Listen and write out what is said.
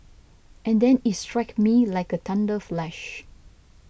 and then it struck me like a thunder flash